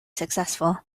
successful